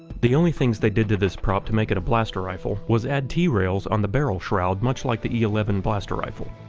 the only things they did to this prop to make it a blaster rifle, was add t-rails on the barrel shroud much like the e eleven blaster rifle,